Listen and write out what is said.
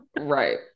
right